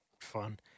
fun